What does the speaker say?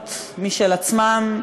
ואלימות בפני עצמן,